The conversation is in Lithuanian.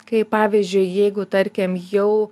kai pavyzdžiui jeigu tarkim jau